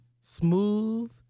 smooth